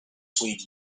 swayed